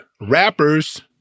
rappers